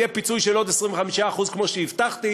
יהיה פיצוי של עוד 25% כמו שהבטחתי,